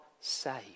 saved